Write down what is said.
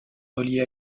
reliée